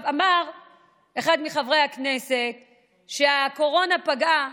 אמר אחד מחברי הכנסת שהקורונה פגעה